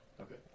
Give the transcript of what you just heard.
Okay